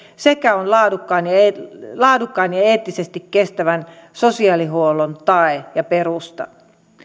sekä on laadukkaan ja eettisesti kestävän sosiaalihuollon tae ja perusta